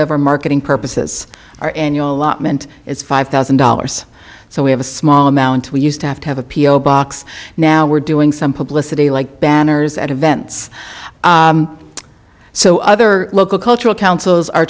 or marketing purposes our annual allotment is five thousand dollars so we have a small amount we used to have to have a p o box now we're doing some publicity like banners at events so other local cultural councils are